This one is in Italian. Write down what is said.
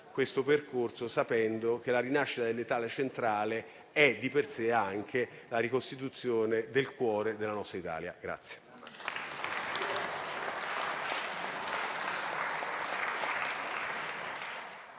questo percorso, sapendo che la rinascita dell'Italia centrale è di per sé anche la ricostituzione del cuore della nostra Italia.